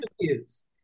confused